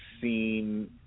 seen